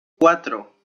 cuatro